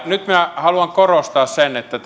nyt minä haluan korostaa että